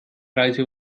reise